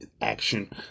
action